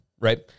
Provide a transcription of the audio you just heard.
right